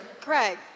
Craig